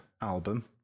album